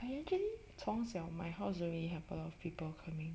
ya and actually 从小 my house don't really have a lot of people coming